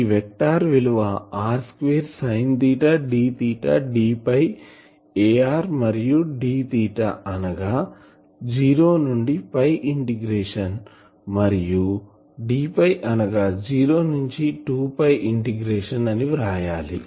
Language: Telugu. ఈ వెక్టార్ విలువ r 2 sine d d ar మరియు d అనగా 0 నుండి ఇంటిగ్రేషన్ మరియు d అనగా 0నుండి 2 ఇంటిగ్రేషన్ అని వ్రాయాలి